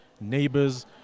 neighbors